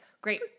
great